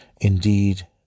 Indeed